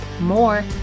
more